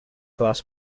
class